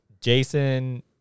Jason